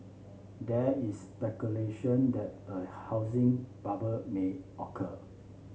there is speculation that a housing bubble may occur